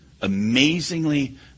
amazingly